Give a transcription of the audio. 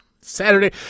Saturday